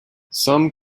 some